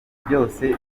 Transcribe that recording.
byose